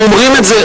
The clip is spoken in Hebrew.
אומרים את זה,